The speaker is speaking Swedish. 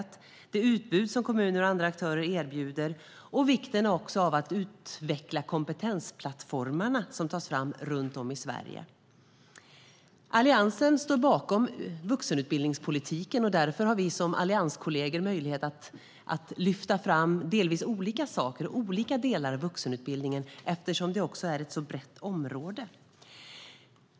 Det handlar också om det utbud som kommuner och andra aktörer erbjuder och vikten av att utveckla kompetensplattformarna som tas fram runt om i Sverige. Alliansen står bakom vuxenutbildningspolitiken. Vi har som allianskolleger möjlighet att lyfta fram delvis olika saker, olika delar av vuxenutbildningen, eftersom det är ett så brett område.